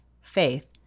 faith